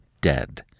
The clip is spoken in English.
dead